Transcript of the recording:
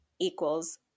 equals